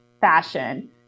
fashion